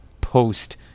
post